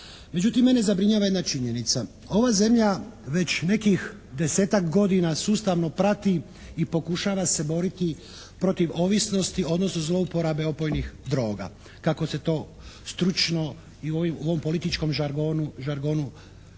Međutim, mene zabrinjava jedna činjenica. Ova zemlja već nekih 10-ak godina sustavno prati i pokušava se boriti protiv ovisnosti, odnosno zlouporabe opojnih droga, kako se to stručno i u ovom političkom žargonu kaže.